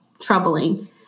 troubling